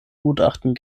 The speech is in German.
gutachten